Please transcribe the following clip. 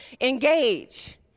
engage